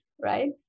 right